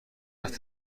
است